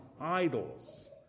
idols